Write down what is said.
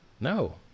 No